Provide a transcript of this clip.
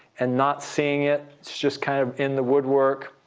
and not seeing it, it's just kind of in the woodwork.